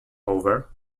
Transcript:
over